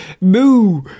Moo